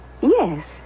Yes